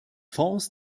fonds